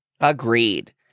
Agreed